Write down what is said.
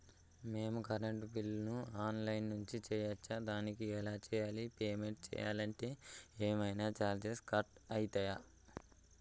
మేము కరెంటు బిల్లును online నుంచి చేయచ్చా? దానికి ఎలా చేయాలి? పేమెంట్ చేయాలంటే ఏమైనా చార్జెస్ కట్ అయితయా?